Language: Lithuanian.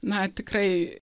na tikrai